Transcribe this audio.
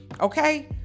Okay